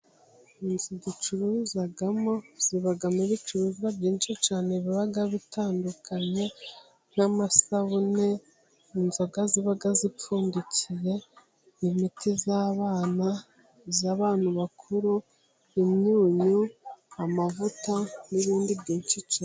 Inzu ducururizamo zibamo ibicuruzwa byinshi cyane biba bitandukanye: nk'amasabune, inzoga ziba zipfundikiye, imiti y'abana, iy'abantu bakuru, imyunyu, amavuta n'ibindi byinshi cyane.